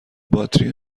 باتری